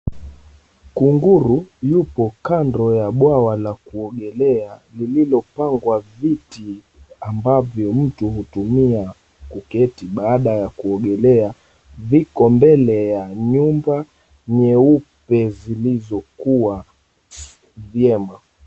Kunguru yupo kando ya bwawa la kuogelea lililopangwa viti ambavyo mtu hutumia kuketi baada ya kuogelea. Viko mbele ya nyumba nyeupe zilizokuwa vyema.